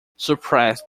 suppressed